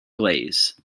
glaze